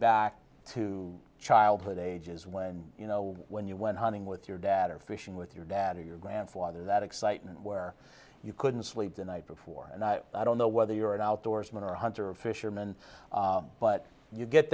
back to childhood ages when you know when you went hunting with your dad or fishing with your dad or your grandfather that excitement where you couldn't sleep the night before and i don't know whether you're an outdoorsman or hunter a fisherman but you get